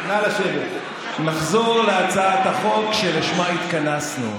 נחזור להצעת החוק שלשמה התכנסנו.